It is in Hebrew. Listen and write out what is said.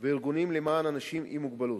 וארגונים למען אנשים עם מוגבלות.